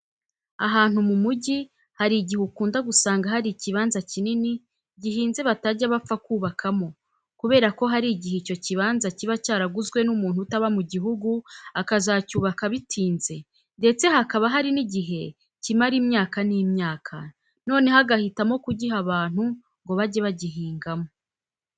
Ahantu mu mujyi hari igihe ukunda gusanga hari ikibanza kinini gihinze batajya bapfa kubakamo kubera ko hari igihe icyo kibanza kiba cyaraguzwe n'umuntu utaba mu gihugu akazacyubaka bitinze ndetse hakaba hari n'igihe kimara imyaka n'imyaka, noneho agahitamo kugiha abantu ngo bajye bagihingamo.